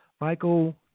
Michael